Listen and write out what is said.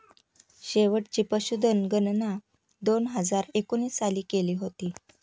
शेवटची पशुधन गणना दोन हजार एकोणीस साली केली होती